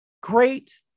great